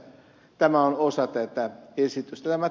tämä on osa tätä esitystä